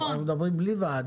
אנחנו מדברים כשאין ועד,